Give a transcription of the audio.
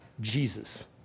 Jesus